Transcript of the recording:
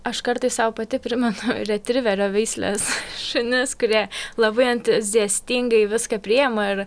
aš kartais sau pati primetu retriverio veislės šunis kurie labai entuziastingai viską priima ir